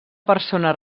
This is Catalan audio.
persona